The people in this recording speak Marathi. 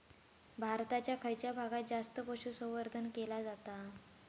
भारताच्या खयच्या भागात जास्त पशुसंवर्धन केला जाता?